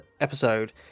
episode